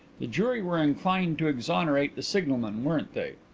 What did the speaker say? the jury were inclined to exonerate the signalman, weren't they?